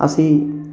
ਅਸੀਂ